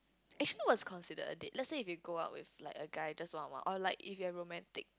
actually what's considered a date let's say if you go out with like a guy just one on one or like if you have romantic